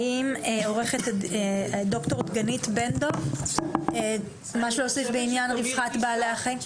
האם דוקטור דגנית בן דב רוצה להוסיף בעניין רווחת בעלי החיים?